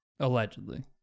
Allegedly